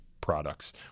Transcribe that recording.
products